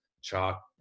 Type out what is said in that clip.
chalk